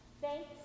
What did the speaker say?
Thanks